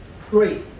Pray